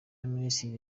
y’abaminisitiri